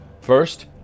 First